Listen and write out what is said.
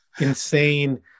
insane